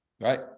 right